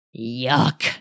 Yuck